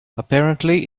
apparently